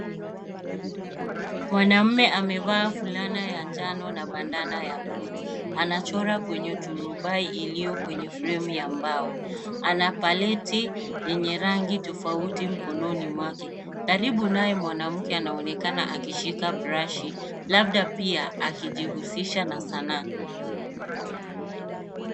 Mwanaume amevaa fulana ya njano na bandana ya bluu. Anachora kwenye turubai iliyo kwenye fremu ya mbao. Ana paleti yenye rangi tofauti mkononi mwake. Karibu naye mwanamke anaonekana akishika brashi, labda pia akijihusisha na sanaa.